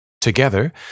together